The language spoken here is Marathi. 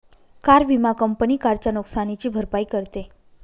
कार विमा कंपनी कारच्या नुकसानीची भरपाई करते